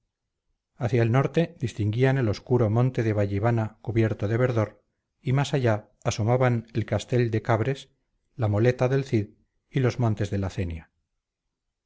hacia el norte distinguían el obscuro monte de vallivana cubierto de verdor y más allá asomaban el castell de cabres la moleta del cid y los montes de la cenia